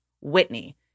Whitney